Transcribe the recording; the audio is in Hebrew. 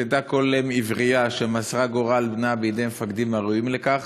תדע כל אם עברייה שמסרה גורל בנה בידי מפקדים הראויים לכך,